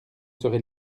serez